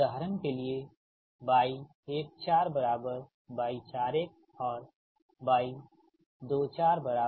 उदाहरण के लिएY14Y41 और Y24Y42 इत्यादि